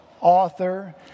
author